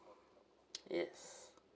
yes